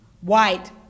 white